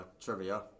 Trivia